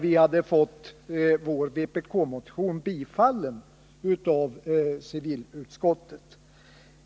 Vi hade nämligen fått vpkmotionen bifallen av civilutskottet.